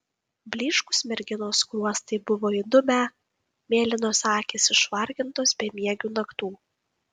blyškūs merginos skruostai buvo įdubę mėlynos akys išvargintos bemiegių naktų